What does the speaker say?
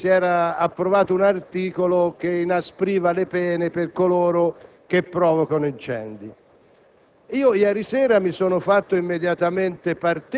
era molto contento perché era stato approvato un articolo che inaspriva le pene per coloro che provocano incendi.